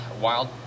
wild